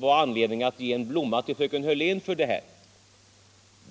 var anledning att ge henne en blomma för det här.